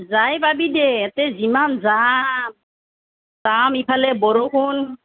যাই পাবি দে ইয়াতে যিমান জাম জাম ইফালে বৰষুণ